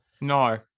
No